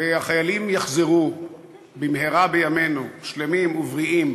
והחיילים יחזרו במהרה בימינו שלמים ובריאים,